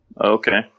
okay